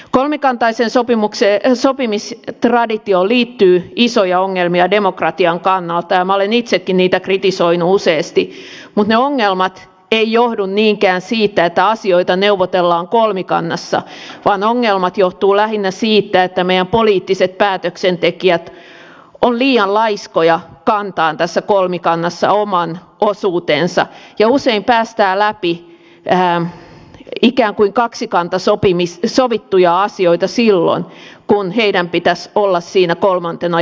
kolmikantaiseen sopimistraditioon liittyy isoja ongelmia demokratian kannalta ja minä olen itsekin niitä kritisoinut useasti mutta ne ongelmat eivät johdu niinkään siitä että asioita neuvotellaan kolmikannassa vaan ongelmat johtuvat lähinnä siitä että meidän poliittiset päätöksentekijämme ovat liian laiskoja kantamaan tässä kolmikannassa oman osuutensa ja usein päästävät läpi ikään kuin kaksikannassa sovittuja asioita silloin kun heidän pitäisi olla siinä kolmantena jalkana